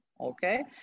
okay